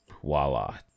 voila